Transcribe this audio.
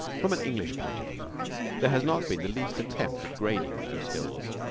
from an english point of view there has not been the least attempt at grading those hills,